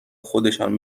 خودشان